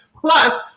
plus